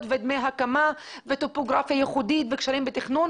ודמי הקמה וטופוגרפיה ייחודית וקשרים בתכנון